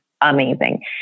amazing